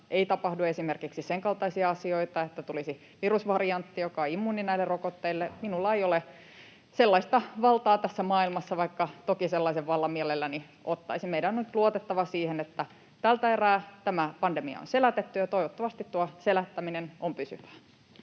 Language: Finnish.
ei tapahdu esimerkiksi sen kaltaisia asioita, että tulisi virusvariantti, joka on immuuni näille rokotteille. Minulla ei ole sellaista valtaa tässä maailmassa, vaikka toki sellaisen vallan mielelläni ottaisin. Meidän on nyt luotettava siihen, että tältä erää tämä pandemia on selätetty, ja toivottavasti tuo selättäminen on pysyvää.